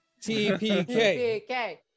tpk